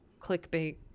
clickbait